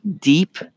deep